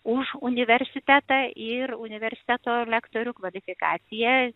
už universitetą ir universiteto lektorių kvalifikaciją